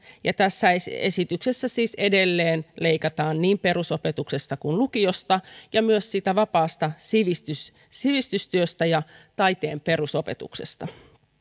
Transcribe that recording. ja tässä esityksessä siis edelleen leikataan niin perusopetuksesta kuin lukiosta ja myös vapaasta sivistystyöstä ja taiteen perusopetuksesta